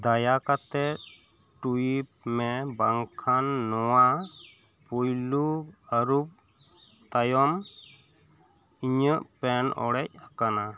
ᱠᱟᱛᱟᱮᱫ ᱴᱩᱭᱤᱵᱽ ᱢᱮ ᱵᱟᱝᱠᱷᱟᱱ ᱱᱚᱣᱟ ᱯᱩᱭᱞᱳ ᱟᱹᱨᱩᱵ ᱛᱟᱭᱚᱢ ᱤᱧᱟᱹᱜ ᱯᱮᱱ ᱚᱲᱮᱡ ᱟᱠᱟᱱᱟ